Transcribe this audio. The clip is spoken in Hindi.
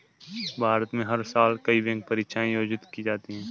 भारत में हर साल कई बैंक परीक्षाएं आयोजित की जाती हैं